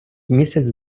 місяць